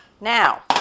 Now